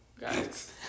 Guys